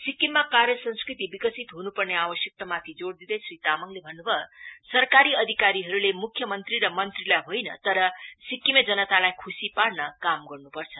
सिक्किममा कार्य संस्कृति विकसित हुनुपर्ने आवश्यकतामाथि जोड़ दिदै श्री तामाङले भन्नु भयो सरकारी अधिकारीहरूले मुख्य मंत्री र मंत्रीलाई होइन तर सिक्किमे जनतालाई खुशी पार्न काम गर्नुपर्छ